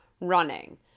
running